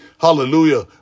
Hallelujah